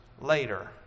later